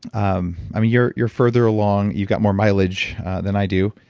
um i mean you're you're further along, you've got more mileage than i do.